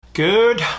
Good